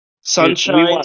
Sunshine